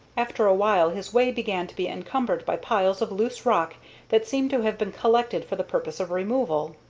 after a while his way began to be encumbered by piles of loose rock that seemed to have been collected for the purpose of removal.